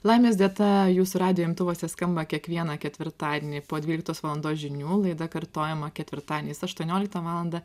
laimės dieta jūsų radijo imtuvuose skamba kiekvieną ketvirtadienį po dvyliktos valandos žinių laida kartojama ketvirtadieniais aštuonioliktą valandą